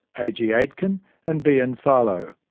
a. g. aitkin and b. n. farlow.